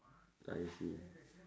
I see